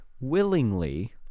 willingly